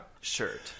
shirt